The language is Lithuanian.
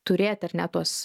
turėti ar ne tuos